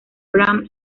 bram